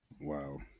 Wow